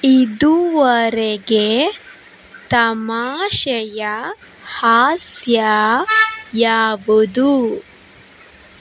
ಇದುವರೆಗೆ ತಮಾಷೆಯ ಹಾಸ್ಯ ಯಾವುದು